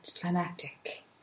climactic